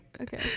Okay